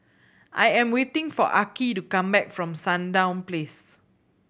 I am waiting for Arkie to come back from Sandown Place